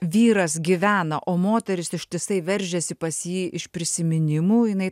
vyras gyvena o moteris ištisai veržiasi pas jį iš prisiminimų jinai